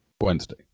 Wednesday